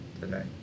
today